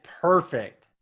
perfect